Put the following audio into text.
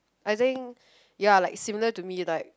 I think ya like similar to me like